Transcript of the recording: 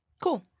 cool